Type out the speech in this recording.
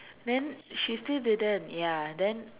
then she still didn't ya then